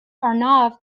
arnav